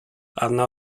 anna